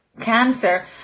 cancer